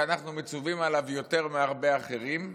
שאנחנו מצווים עליו יותר מהרבה אחרים,